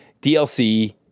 DLC